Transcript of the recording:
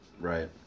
Right